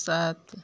सात